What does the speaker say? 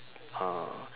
uh